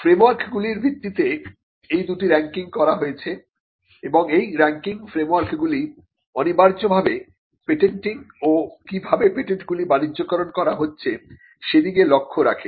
ফ্রেমওয়ার্কগুলির ভিত্তিতে এই দুটি রাঙ্কিং করা হয়েছে এবং এই রাঙ্কিং ফ্রেমওয়ার্কগুলি অনিবার্যভাবে পেটেন্টিং ও কিভাবে পেটেন্টগুলি বাণিজ্যকরন করা হচ্ছে সেদিকে লক্ষ্য রাখে